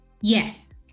yes